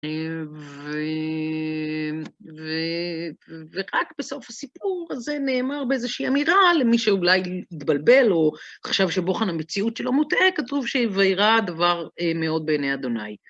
ורק בסוף הסיפור הזה נאמר באיזושהי אמירה למי שאולי התבלבל או חשב שבוחן המציאות שלו מוטעה, כתוב שוירע הדבר מאוד בעיני ה׳